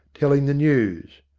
telling the news.